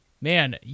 Man